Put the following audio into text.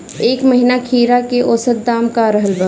एह महीना खीरा के औसत दाम का रहल बा?